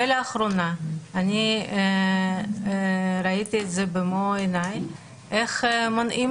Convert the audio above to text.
לאחרונה ראיתי את זה במו עיניי איך מונעים